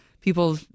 people